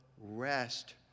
rest